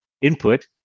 input